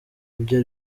ibyo